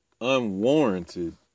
Unwarranted